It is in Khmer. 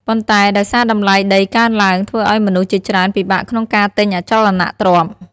ប៉ុន្តែដោយសារតម្លៃដីកើនឡើង ធ្វើឱ្យមនុស្សជាច្រើនពិបាកក្នុងការទិញអចលនទ្រព្យ។